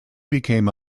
became